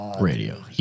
radio